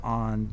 on